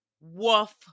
Woof